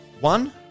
One